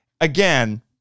again